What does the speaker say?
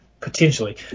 Potentially